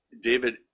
David